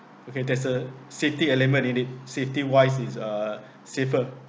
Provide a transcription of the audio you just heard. okay there's a safety element in it safety wise is uh safer